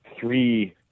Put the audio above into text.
three